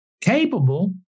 capable